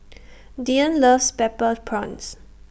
Dyan loves Butter Prawns